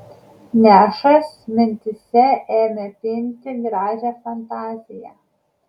nešas mintyse ėmė pinti gražią fantaziją